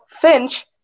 Finch